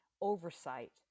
oversight